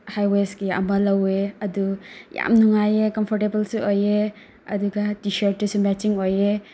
ꯍꯥꯏꯋꯦꯁꯀꯤ ꯑꯃ ꯂꯧꯑꯦ ꯑꯗꯨ ꯌꯥꯝ ꯅꯨꯉꯥꯏꯑꯦ ꯀꯝꯐꯣꯔꯇꯦꯕꯜꯁꯨ ꯑꯣꯏꯑꯦ ꯑꯗꯨꯒ ꯇꯤ ꯁꯔꯁꯇꯁꯨ ꯃꯦꯠꯁꯤꯡ ꯑꯣꯏꯑꯦ